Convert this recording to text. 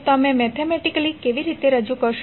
તમે તેને મેથેમેટિકલી કેવી રીતે રજૂ કરશો